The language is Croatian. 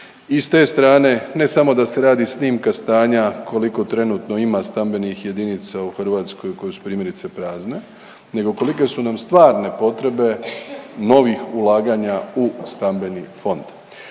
i s te strane ne samo da se radi snimka stanja koliko trenutno ima stambenih jedinica u Hrvatskoj koje su primjerice prazne, nego kolike su nam stvarne potrebe novih ulaganja u stambeni fond.